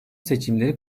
seçimleri